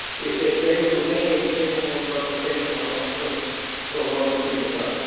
it may remain capable of replication on that surface for a longer period of time.